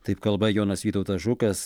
taip kalba jonas vytautas žukas